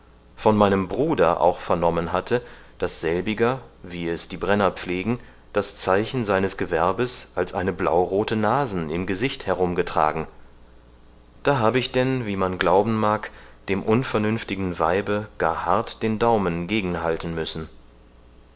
von meinem bruder auch vernommen hatte daß selbiger wie es die brenner pflegen das zeichen seines gewerbes als eine blaurothe nasen im gesicht herumgetragen da habe ich denn wie man glauben mag dem unvernünftigen weibe gar hart den daumen gegenhalten müssen